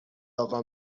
اقا